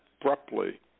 abruptly